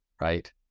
Right